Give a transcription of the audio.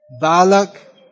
balak